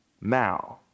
now